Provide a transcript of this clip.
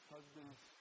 Husbands